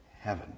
heaven